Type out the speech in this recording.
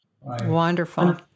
Wonderful